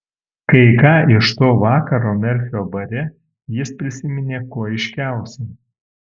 kai ką iš to vakaro merfio bare jis prisiminė kuo aiškiausiai